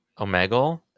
Omega